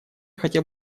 хотел